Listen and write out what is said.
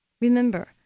Remember